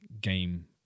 game